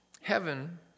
Heaven